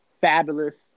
Fabulous